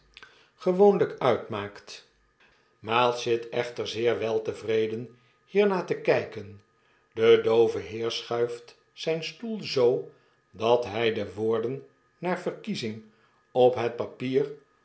uitmaakt miles zit echter zeer weltevreden hiernaar te kyken de doove heer schuift zyn stoel zoo dat hy de woorden naar verkiezing op het papier